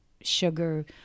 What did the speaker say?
sugar